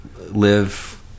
live